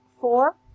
Four